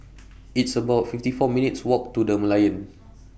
It's about fifty four minutes' Walk to The Merlion